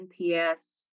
NPS